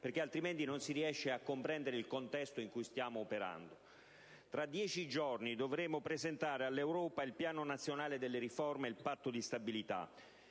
altre, altrimenti non riusciamo a comprendere il contesto in cui stiamo operando. Tra dieci giorni dovremo presentare all'Europa il Piano nazionale delle riforme e il Patto di stabilità.